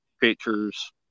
pictures